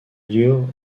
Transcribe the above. lure